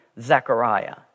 Zechariah